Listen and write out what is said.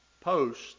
post